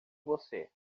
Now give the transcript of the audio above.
você